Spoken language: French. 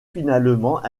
finalement